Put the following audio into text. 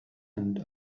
and